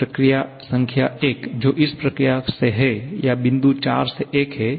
प्रक्रिया संख्या 1 जो इस प्रक्रिया से है या बिंदु 4 से 1 है